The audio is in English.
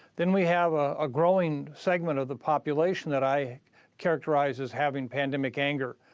then we have a growing segment of the population that i characterize as having pandemic anger.